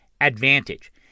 ADVANTAGE